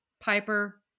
Piper